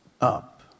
up